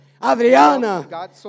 Adriana